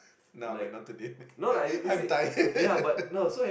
nah man not today man I'm tired